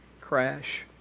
crash